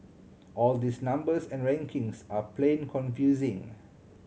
all these numbers and rankings are plain confusing